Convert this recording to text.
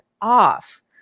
off